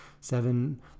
seven